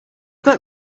got